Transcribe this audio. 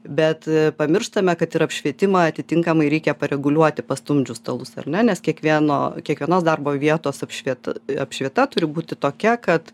bet pamirštame kad ir apšvietimą atitinkamai reikia pareguliuoti pastumdžius stalus ar ne nes kiekvieno kiekvienos darbo vietos apšvieta apšvieta turi būti tokia kad